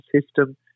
system